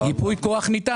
ייפוי כוח ניתן,